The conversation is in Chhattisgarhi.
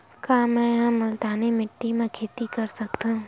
का मै ह मुल्तानी माटी म खेती कर सकथव?